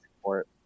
support